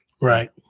Right